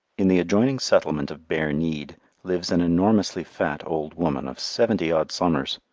in the adjoining settlement of bareneed lives an enormously fat old woman of seventy-odd summers.